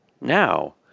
now